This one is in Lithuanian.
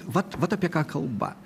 vat vat apie ką kalba